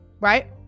Right